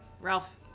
Ralph